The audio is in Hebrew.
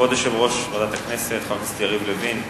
כבוד יושב-ראש ועדת הכנסת, חבר הכנסת יריב לוין,